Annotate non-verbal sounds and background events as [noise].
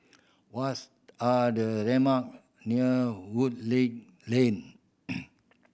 what's are the landmark near Woodleigh Link [noise]